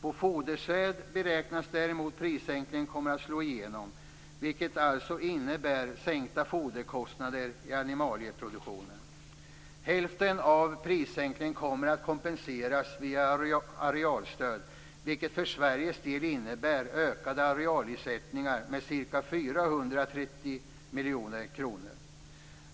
På fodersäd beräknas prissänkningen däremot slå igenom, vilket alltså innebär sänkta foderkostnader i animalieproduktionen. Hälften av prissänkningen kommer att kompenseras via arealstöd, vilket för Sveriges del innebär ökade arealersättningar med ca 430 miljoner kronor.